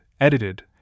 edited